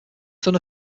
son